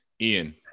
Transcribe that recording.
Ian